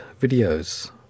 videos